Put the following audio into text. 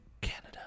Canada